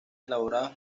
elaborados